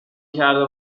کرده